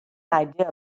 idea